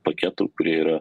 paketų kurie yra